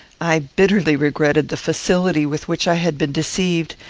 i bitterly regretted the facility with which i had been deceived,